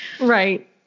Right